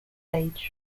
age